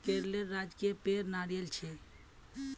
केरलेर राजकीय पेड़ नारियल छे